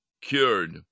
cured